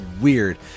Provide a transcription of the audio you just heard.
weird